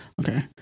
Okay